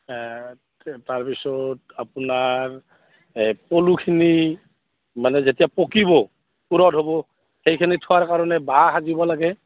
তাৰপিছত আপোনাৰ পলুখিনি মানে যেতিয়া পকিব পূৰঠ হ'ব সেইখিনি থোৱাৰ কাৰণে বাহ সাজিব লাগে